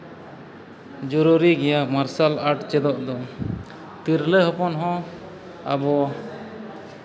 ᱡᱚᱨᱩᱨᱤ ᱜᱮᱭᱟ martial art ᱪᱮᱫᱚᱜ ᱫᱚ ᱛᱤᱨᱞᱟᱹ ᱦᱚᱯᱚᱱ ᱦᱚᱸ ᱟᱵᱚ